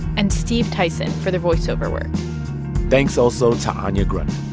and steve tyson for the voiceover work thanks also to anya grundmann